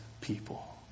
people